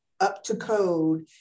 up-to-code